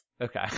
Okay